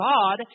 God